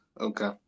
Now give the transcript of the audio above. Okay